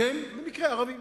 שהם במקרה ערבים.